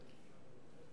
13, נגד ונמנעים,